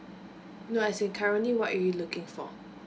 no as in currently what you looking for